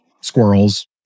squirrels